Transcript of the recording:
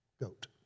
goat